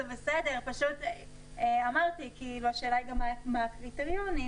השאלה גם מה הקריטריונים.